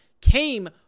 came